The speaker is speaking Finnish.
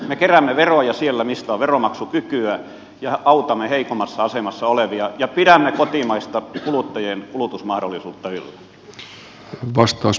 me keräämme veroja sieltä missä on veronmaksukykyä ja autamme heikommassa asemassa olevia ja pidämme kotimaista kuluttajien kulutusmahdollisuutta yllä